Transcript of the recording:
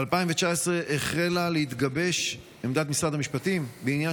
ב-2019 החלה להתגבש עמדת משרד המשפטים בעניין